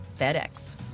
FedEx